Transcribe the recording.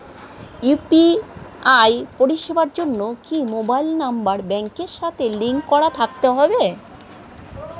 UPI পরিষেবার জন্য কি মোবাইল নাম্বার ব্যাংকের সাথে লিংক করা থাকতে হবে?